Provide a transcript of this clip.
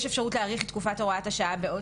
יש אפשרות להאריך את תקופת הוראת השעה בעוד